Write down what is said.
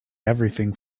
everything